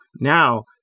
now